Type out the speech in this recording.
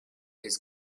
his